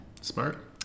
Smart